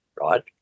right